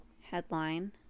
headline